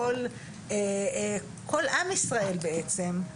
כל עם ישראל בעצם,